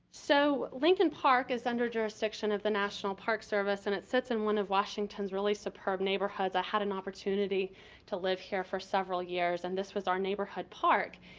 so, lincoln park is under jurisdiction of the national park service, and it sits in one of washington's really superb neighborhoods. i had an opportunity to live here for several years, and this was our neighborhood park.